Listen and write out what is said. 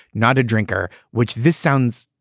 not a drinker. which this sounds.